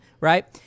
right